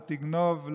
לא תגנוב,